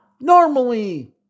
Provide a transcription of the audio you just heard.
normally